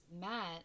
Matt